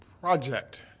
project